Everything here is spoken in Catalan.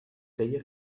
deia